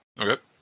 Okay